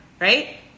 right